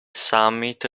summit